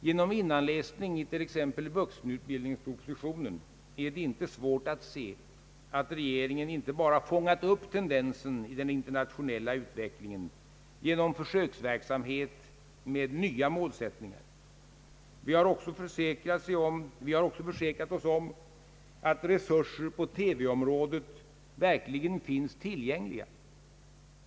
Genom innanläsning i t.ex. vuxenutbildningspropositionen är det inte svårt att se att regeringen inte bara fångat upp tendenser i den internationella utvecklingen genom försöksverksamhet med nya målsättningar. Regeringen har också försäkrat sig om att resurser på TV-området verkligen finns tillgängliga.